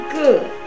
good